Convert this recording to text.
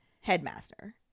headmaster